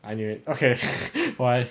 I knew it okay why